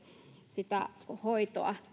sitä hoitoa